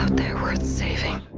there worth saving.